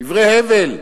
דברי הבל.